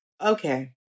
okay